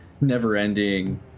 never-ending